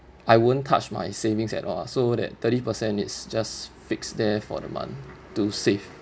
I won't touch my savings at all so that thirty percent is just fixed there for the month to save